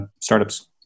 startups